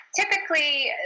typically